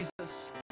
Jesus